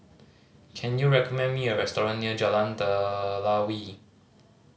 can you recommend me a restaurant near Jalan Telawi